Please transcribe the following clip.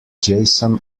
jason